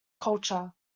culture